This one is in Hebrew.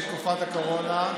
תקופת הקורונה.